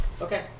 Okay